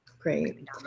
Great